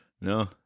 No